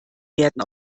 werden